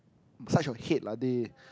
massage your head lah dey